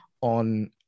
on